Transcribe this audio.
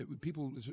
People